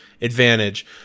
advantage